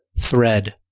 thread